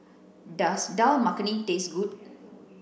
does Dal Makhani taste good